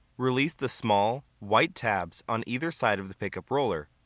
release the small, white tabs on either side of the pickup roller,